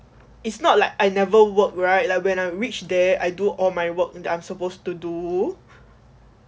it's not like I never work right like when I reach there I do all my work and I'm supposed to do